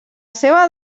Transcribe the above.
seva